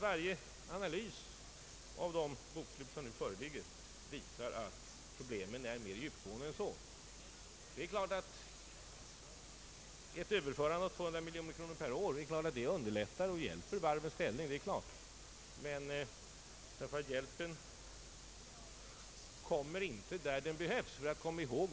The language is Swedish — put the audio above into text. Varje analys av de bokslut som nu föreligger visar att problemet är mer djupgående än så. Ett överförande av 200 miljoner kronor per år hjälper givetvis varvsindustrin och underlättar dess ställning. Men hjälpen kommer inte där den be hövs.